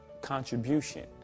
contribution